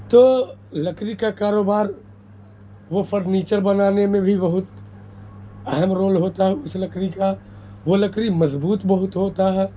تو لکڑی کا کاروبار وہ فرنیچر بنانے میں بھی بہت اہم رول ہوتا ہے اس لکڑی کا وہ لکڑی مضبوط بہت ہوتا ہے